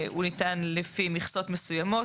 ניתן לפי מכסות מסוימות.